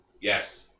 Yes